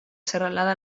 serralada